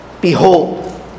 Behold